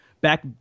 back